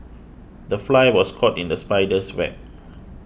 the fly was caught in the spider's web